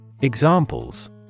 Examples